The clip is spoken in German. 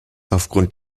aufgrund